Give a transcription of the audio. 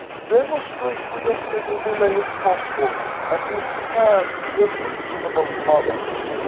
demonstrate with as little delay as possible that you can be a reasonable mother!